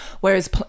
whereas